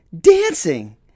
dancing